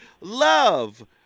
love